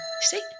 See